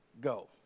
go